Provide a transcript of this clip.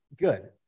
good